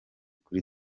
kuri